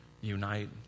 unite